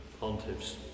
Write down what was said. pontiffs